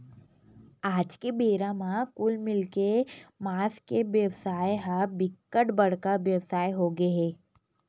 आज के बेरा म कुल मिलाके के मांस के बेवसाय ह बिकट बड़का बेवसाय होगे हे